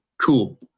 cool